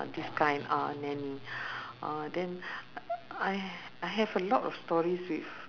this kind ah nanny uh then I h~ I have a lot of stories with